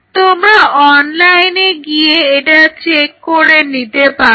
তোমরা অনলাইনে গিয়ে এটা চেক করে নিতে পারো